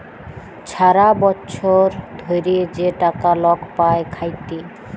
ছারা বচ্ছর ধ্যইরে যে টাকা লক পায় খ্যাইটে